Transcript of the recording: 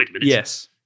yes